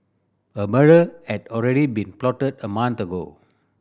a murder had already been plotted a month ago